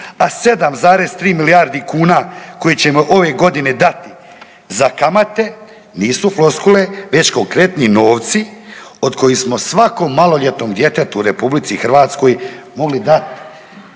a 7,3 milijardi kuna koje ćemo ove godine dati za kamate, nisu floskule već konkretni novci od kojih smo svako maloljetnom djetetu u RH mogli dat